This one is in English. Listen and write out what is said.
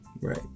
Right